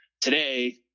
today